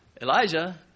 Elijah